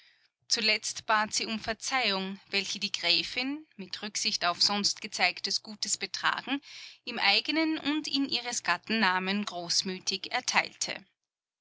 zuletzt bat sie um verzeihung welche die gräfin mit rücksicht auf sonst gezeigtes gutes betragen im eigenen und in ihres gatten namen großmütig erteilte